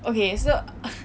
okay so